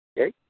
Okay